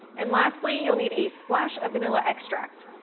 and lastly, you'll need a splash of vanilla extract.